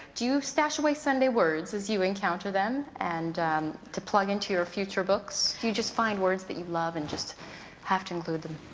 do you stash away sunday words as you encounter them and to plug into your future books you just find words that you love and just have to include them?